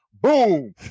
Boom